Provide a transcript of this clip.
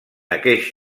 aqueix